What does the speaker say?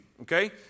Okay